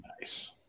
Nice